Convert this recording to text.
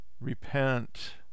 Repent